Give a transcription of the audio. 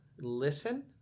listen